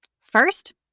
First